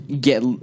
get